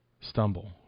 stumble